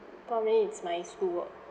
for me it's my schoolwork